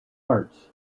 parts